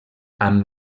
amb